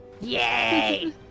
Yay